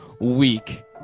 week